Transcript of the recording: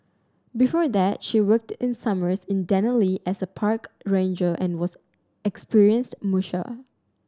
before that she worked in summers in Denali as a park ranger and was experienced musher